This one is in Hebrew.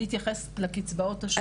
אני אתייחס לקצבאות השונות.